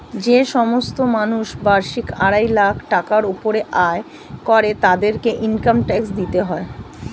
যে সমস্ত মানুষ বার্ষিক আড়াই লাখ টাকার উপরে আয় করে তাদেরকে ইনকাম ট্যাক্স দিতে হয়